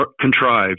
contrived